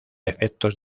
efectos